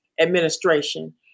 administration